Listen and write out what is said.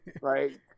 Right